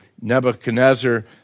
Nebuchadnezzar